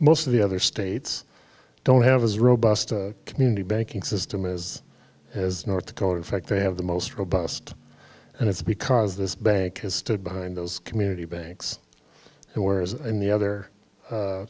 most of the other states don't have as robust a community banking system is as north dakota in fact they have the most robust and it's because this bank has stood behind those community banks whereas in the other